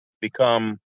become